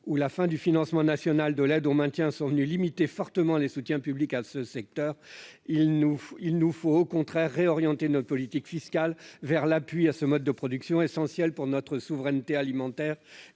et la fin du financement national de l'aide au maintien sont venues limiter fortement les soutiens publics à ce secteur, il nous faut, au contraire, réorienter notre politique fiscale vers l'appui à ce mode de production essentiel pour notre souveraineté alimentaire